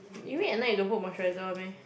you mean at night you don't put moisturiser [one] meh